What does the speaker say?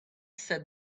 said